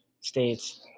states